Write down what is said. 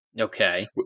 Okay